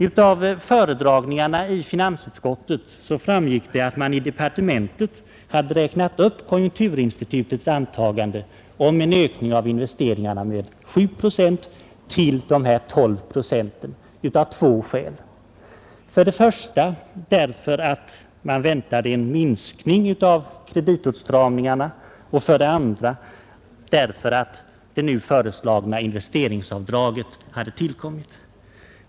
Vid föredragningarna i finansutskottet framgick att man i departementet hade räknat upp konjunkturinstitutets antagande om en ökning av investeringarna med 7 procent till dessa 12 procent, och detta av två skäl: för det första för att man väntade en minskning av kreditåtstramningen och för det andra för att det nu föreslagna investeringsavdraget hade tillkommit.